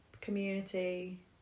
Community